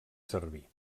servir